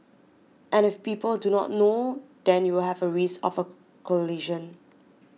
and if people do not know then you have a risk of a collision